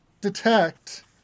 detect